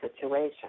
situation